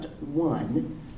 one